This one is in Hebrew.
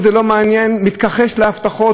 הוא מתכחש להבטחות של קודמיו,